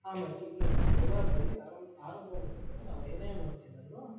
ಆಮೇಲೆ ಇನ್ನೊಂದು ವ್ಯವಹಾರದಲ್ಲಿ ಆರಂ ಆರಂಭ ಮಾಡ್ಬೇಕಾದ್ರೆ ನಾವು ಏನೇ ಮಾಡ್ತೀನಂದರು